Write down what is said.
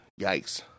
yikes